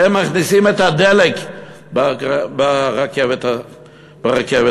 שהם מכניסים את הדלק ברכבת הזאת.